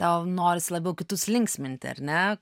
tau norisi labiau kitus linksminti ar ne